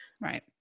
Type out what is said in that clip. Right